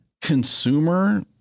consumer